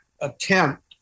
attempt